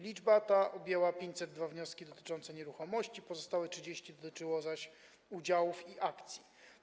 Liczba ta objęła 502 wnioski dotyczące nieruchomości, pozostałe 30 wniosków dotyczyło zaś udziałów i akcji.